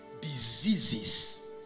diseases